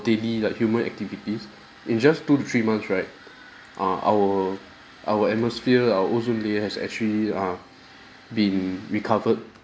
daily like human activities in just two to three months right err our our atmosphere our ozone layer has actually uh been recovered